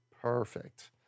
Perfect